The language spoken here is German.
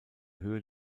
höhe